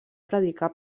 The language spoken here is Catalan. predicar